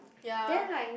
ya